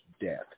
death